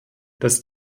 dass